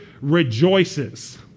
rejoices